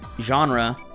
genre